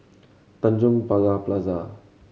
Tanjong Pagar Plaza